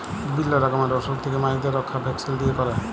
বিভিল্য রকমের অসুখ থেক্যে মাছদের রক্ষা ভ্যাকসিল দিয়ে ক্যরে